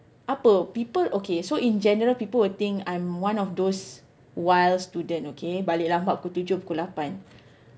apa people okay so in general people will think I'm one of those wild student okay balik lambat pukul tujuh pukul lapan